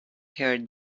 her